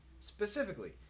specifically